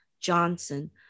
Johnson